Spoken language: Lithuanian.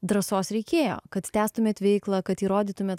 drąsos reikėjo kad tęstumėt veiklą kad įrodytumėt